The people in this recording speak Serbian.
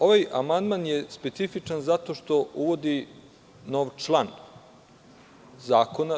Ovaj amandman je specifičan zato što uvodi nov član zakona.